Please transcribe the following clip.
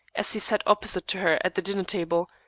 as he sat opposite to her at the dinner-table,